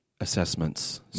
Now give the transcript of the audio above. assessments